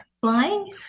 flying